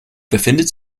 befindet